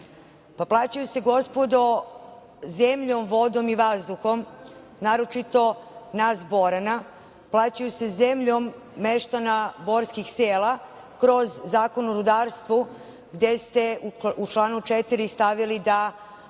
krediti. Plaćaju se, gospodo, zemljom, vodom i vazduhom, naročito nas Borana, plaćaju se zemljom meštana borskih sela kroz Zakon o rudarstvu gde ste u članu 4. stavila da